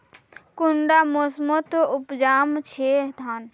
कुंडा मोसमोत उपजाम छै धान?